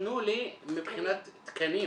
נתנו לי מבחינת תקנים.